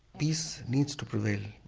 peace needs to prevail,